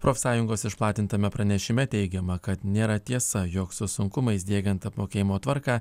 profsąjungos išplatintame pranešime teigiama kad nėra tiesa jog su sunkumais diegiant apmokėjimo tvarką